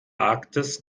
arktis